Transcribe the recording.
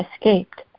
escaped